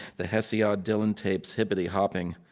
the hesiod dylan tapes hippityhopping.